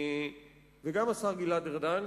וגם השר גלעד ארדן,